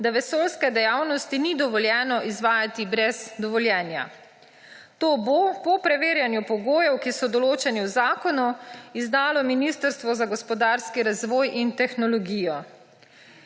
da vesoljske dejavnosti ni dovoljeno izvajati brez dovoljenja. To bo po preverjanju pogojev, ki so določeni v zakonu, izdalo Ministrstvo za gospodarski razvoj in tehnologijo.